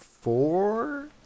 four